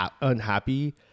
unhappy